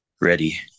Ready